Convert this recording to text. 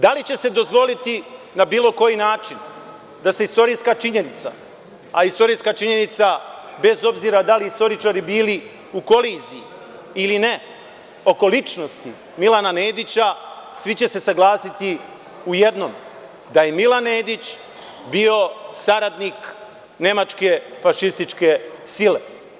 Da li će se dozvoliti na bilo koji način da se istorijska činjenica, a istorijska činjenica, bez obzira da li istoričari bili u koliziji ili ne oko ličnosti Milana Nedića, svi će se saglasiti u jednom, da je Milan Nedić, bio saradnik Nemačke fašističke sile.